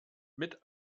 mit